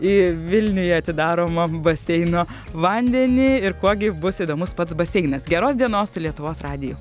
į vilniuje atidaromo baseino vandenį ir kuo gi bus įdomus pats baseinas geros dienos su lietuvos radiju